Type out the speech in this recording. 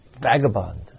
vagabond